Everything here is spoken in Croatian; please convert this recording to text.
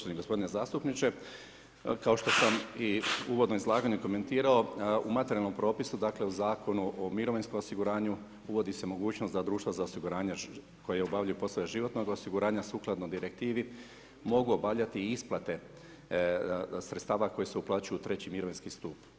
Hvala lijepo poštovani g. zastupniče kao što sam i uvodno izlaganje komentirao u materijalnom propisu dakle u Zakonu o mirovinskom osiguranju uvodi se mogućnost da društva za osiguranje koja obavljaju poslove životnog osiguranja sukladno Direktivni mogu obavljati i isplate sredstava koja se uplaćuju u treći mirovinski stup.